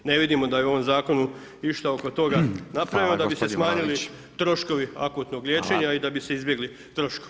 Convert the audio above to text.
Ne vidimo da je u ovom zakonu išta oko toga napravljeno da bi se smanjili troškovi akutnog liječenja i da bi se izbjegli troškovi.